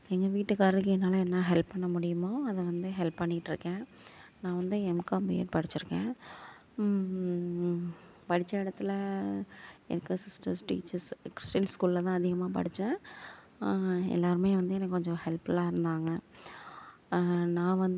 எங்கள் வீட்டுக்காருக்கு என்னால் என்ன ஹெல்ப் பண்ண முடியும் அதை வந்து ஹெல்ப் பண்ணிட்டுருக்கேன் நான் வந்து எம்காம் பிஎட் படிச்சிருக்கேன் படித்த இடத்துல எங்கள் சிஸ்டர்ஸ் டீச்சர்ஸ் கிறிஸ்டின் ஸ்கூலில் தான் அதிகமாக படிச்சேன் எல்லோருமே வந்து எனக்கு கொஞ்சம் ஹெல்ப்புல்லாக இருந்தாங்க நான் வந்து